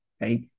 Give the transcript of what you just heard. right